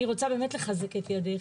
אני רוצה באמת לחזק את ידייך.